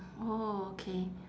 orh okay